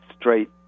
straight